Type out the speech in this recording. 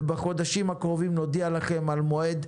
ובחודשים הקרובים נודיע לכם על מועד.